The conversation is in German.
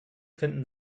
finden